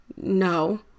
No